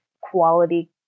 quality